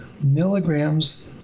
milligrams